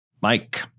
Mike